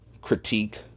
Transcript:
critique